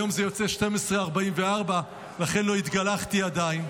היום זה יוצא 12:44, לכן לא התגלחתי עדיין.